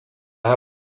ha